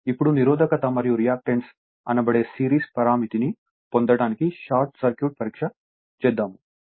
ఇప్పుడు నిరోధకత మరియు రియాక్టెన్స్ అనబడే సిరీస్ పరామితిని పొందటానికి షార్ట్ సర్క్యూట్ పరీక్ష చేద్దాము